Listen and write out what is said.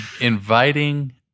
inviting